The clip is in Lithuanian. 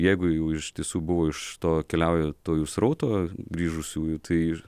jeigu jau iš tiesų buvo iš to keliauja iš to srauto grįžusiųjų tai ir